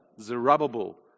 Zerubbabel